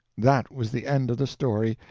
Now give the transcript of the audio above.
that was the end of the story,